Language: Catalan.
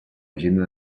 agenda